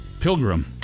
Pilgrim